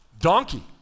donkey